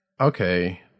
okay